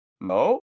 No